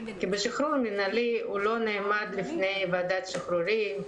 בשחרור מינהלי הוא לא נעמד בפני ועדת שחרורים,